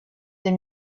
des